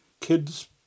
kids